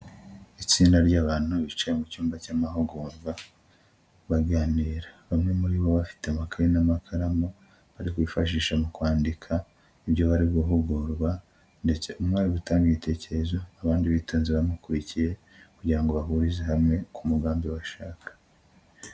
Itsinda ry'abantu bicaye mu cyumba cy'amahugurwa baganira. Bamwe muri bo bafite amakaye n'amakaramu bari kwifashisha mu kwandika ibyo bari guhugurwa ndetse umwe Ari gutanga igitekerezo, abandi bitonze bamukurikiye kugira ngo bahurize hamwe ku mugambi bashaka.